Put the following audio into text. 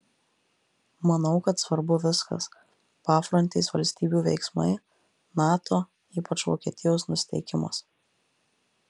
manau kad svarbu viskas pafrontės valstybių veiksmai nato ypač vokietijos nusiteikimas